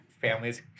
families